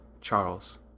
Charles